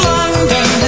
London